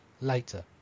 later